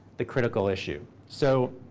the critical issue. so